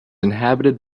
inhabited